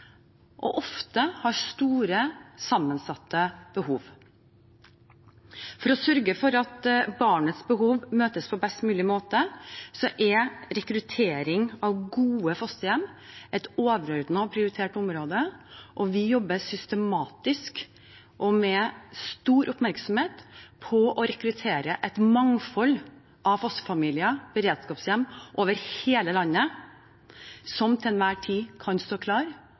og ofte har store, sammensatte behov. For å sørge for at barnets behov møtes på best mulig måte, er rekruttering av gode fosterhjem et overordnet og prioritert område. Vi jobber systematisk og med stor oppmerksomhet på å rekruttere et mangfold av fosterfamilier og beredskapshjem over hele landet, som til enhver tid kan stå klar